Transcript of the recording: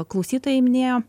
klausytojai minėjo